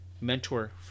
mentor